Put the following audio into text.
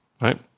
Right